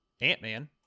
ant-man